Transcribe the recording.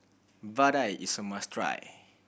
Vadai is a must try